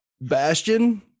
Bastion